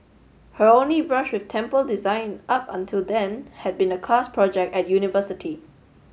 her only brush with temple design up until then had been a class project at university